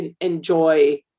enjoy